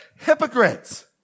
Hypocrites